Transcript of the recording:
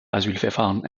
asylverfahren